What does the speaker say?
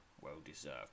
well-deserved